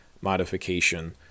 modification